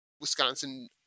Wisconsin